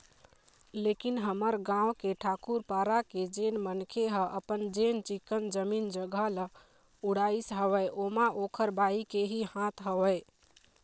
लेकिन हमर गाँव के ठाकूर पारा के जेन मनखे ह अपन जेन चिक्कन जमीन जघा ल उड़ाइस हवय ओमा ओखर बाई के ही हाथ हवय